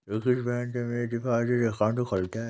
किस बैंक में deposit account खुलता है?